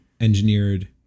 engineered